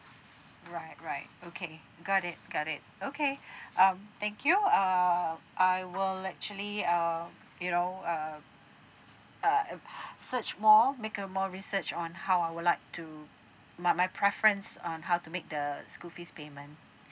alright alright okay got it got it okay um thank you err I will actually uh you know uh err um search more make a more research on how I would like to my my preference on how to make the school fees payment